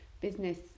business